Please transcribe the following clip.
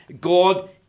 God